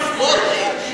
סמוֹטריץ.